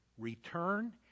return